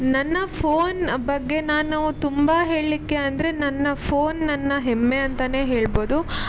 ನನ್ನ ಫೋನ್ ಬಗ್ಗೆ ನಾನು ತುಂಬ ಹೇಳಲಿಕ್ಕೆ ಅಂದರೆ ನನ್ನ ಫೋನ್ ನನ್ನ ಹೆಮ್ಮೆ ಅಂತಲೇ ಹೇಳ್ಬೋದು